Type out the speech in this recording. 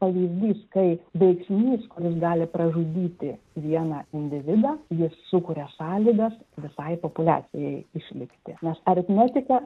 pavyzdys kai veiksnys kuris gali pražudyti vieną individą jis sukuria sąlygas visai populiacijai išlikti nes aritmetika